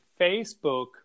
Facebook